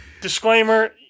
Disclaimer